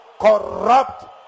corrupt